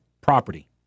property